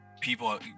people